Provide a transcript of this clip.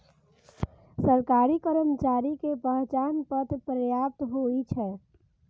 सरकारी कर्मचारी के पहचान पत्र पर्याप्त होइ छै